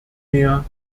mehr